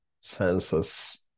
senses